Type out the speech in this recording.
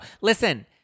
Listen